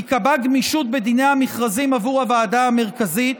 תיקבע גמישות בדיני המכרזים עבור הוועדה המרכזית,